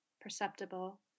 perceptible